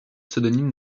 pseudonyme